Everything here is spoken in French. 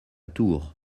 tours